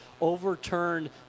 overturned